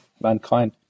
mankind